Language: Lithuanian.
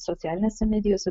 socialinėse medijose